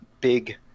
big